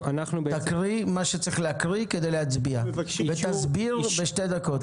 תקריא את מה שצריך להקריא כדי להצביע ותסביר בשתי דקות.